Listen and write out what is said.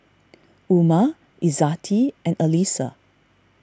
Umar Izzati and Alyssa